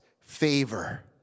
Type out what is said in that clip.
favor